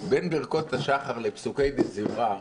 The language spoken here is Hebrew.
בין ברכות השחר לפסוקי דזמרה,